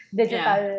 digital